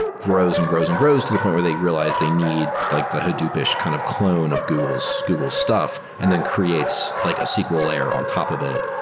grows and grows and grows to the point where they realized they need like the hadoop-ish kind of clone of google so google stuff and then creates like a sql layer on top of that,